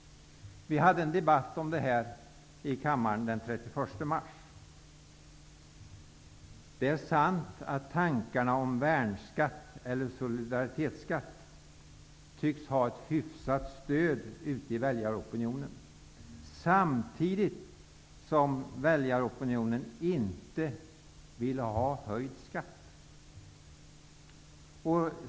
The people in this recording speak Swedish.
Vi hade en debatt om det här i kammaren den 31 mars. Det är sant att tanken om en värnskatt eller solidaritetsskatt tycks ha ett hyggligt stöd ute i väljaropinionen, samtidigt som denna inte vill ha höjd skatt.